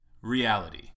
reality